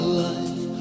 life